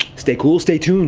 stay cool! stay tuned!